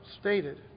stated